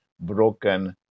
broken